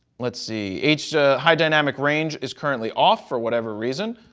let's see. high dynamic range is currently off for whatever reason.